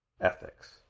ethics